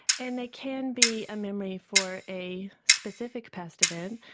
and they can be a memory for a specific past event.